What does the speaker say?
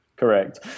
Correct